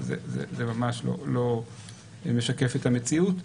זה ממש לא משקף את המציאות.